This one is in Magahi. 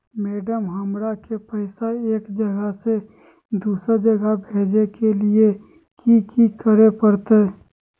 मैडम, हमरा के पैसा एक जगह से दुसर जगह भेजे के लिए की की करे परते?